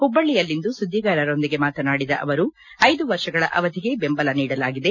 ಹುಬ್ಬಳ್ಳಿಯಲ್ಲಿಂದು ಸುದ್ವಿಗಾರರೊಂದಿಗೆ ಮಾತನಾಡಿದ ಅವರು ಐದು ವರ್ಷಗಳ ಅವಧಿಗೆ ಬೆಂಬಲ ನೀಡಲಾಗಿದೆ